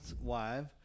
wife